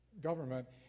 government